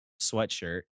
sweatshirt